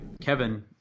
Kevin